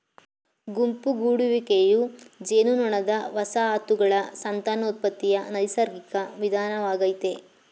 ಗುಂಪು ಗೂಡುವಿಕೆಯು ಜೇನುನೊಣದ ವಸಾಹತುಗಳ ಸಂತಾನೋತ್ಪತ್ತಿಯ ನೈಸರ್ಗಿಕ ವಿಧಾನವಾಗಯ್ತೆ